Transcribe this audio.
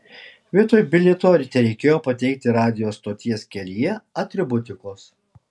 vietoj bilieto tereikėjo pateikti radijo stoties kelyje atributikos